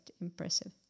impressive